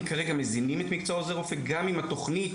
כרגע מזינים את מקצוע עוזר הרופא גם אם התכנית,